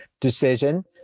decision